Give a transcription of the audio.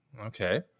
Okay